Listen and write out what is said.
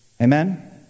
Amen